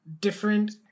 different